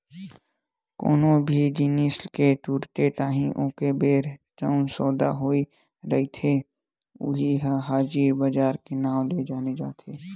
कोनो भी जिनिस के तुरते ताही ओतके बेर जउन सौदा होवइया रहिथे उही ल हाजिर बजार के नांव ले जाने जाथे